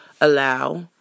allow